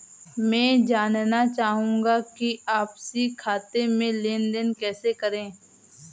मैं जानना चाहूँगा कि आपसी खाते में लेनदेन कैसे करें?